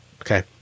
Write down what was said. Okay